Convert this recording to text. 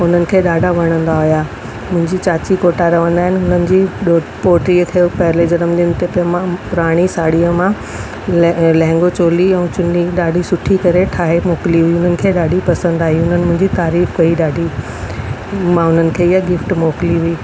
हुननि खे ॾाढा वणंदा हुया मुंहिंजी चाची कोटा रहंदा आहिनि उन्हनि जी ॾो पोटीअ खे पहिले जनमु दिन ते मां पुराणी साड़ीअ मां लै लहंगो चोली ऐं चुनी ॾाढी सुठी करे ठाहे मोकिली हुई उन्हनि खे ॾाढी पसंदि आई उन्हनि मुंहिंजी तारीफ़ कई ॾाढी मां उन्हनि खे हीअ गिफ्ट मोकिली हुई